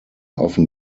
often